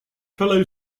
fellow